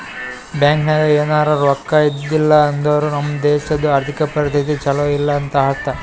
bank ನಾಗ್ ಎನಾರೇ ರೊಕ್ಕಾ ಇದ್ದಿದ್ದಿಲ್ಲ ಅಂದುರ್ ನಮ್ದು ದೇಶದು ಆರ್ಥಿಕ್ ಪರಿಸ್ಥಿತಿ ಛಲೋ ಇಲ್ಲ ಅಂತ ಅರ್ಥ